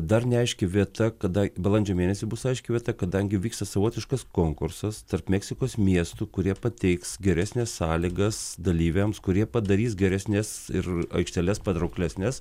dar neaiški vieta kada balandžio mėnesį bus aiški vieta kadangi vyksta savotiškas konkursas tarp meksikos miestų kurie pateiks geresnes sąlygas dalyviams kurie padarys geresnes ir aikšteles patrauklesnes